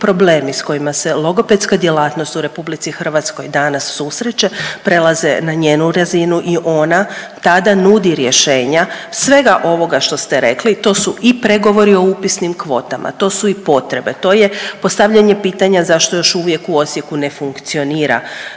problemi s kojima se logopedska djelatnost u RH danas susreće prelaze na njenu razinu i ona tada nudi rješenja svega ovoga što ste rekli. To su i pregovori o upisnim kvotama, to su i potrebe, to je postavljanje pitanje zašto još uvijek u Osijeku ne funkcionira